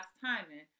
timing